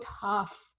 tough